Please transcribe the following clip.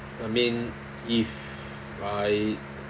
I mean if I